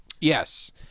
Yes